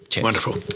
wonderful